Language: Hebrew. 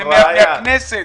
מהכנסת.